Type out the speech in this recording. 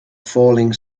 falling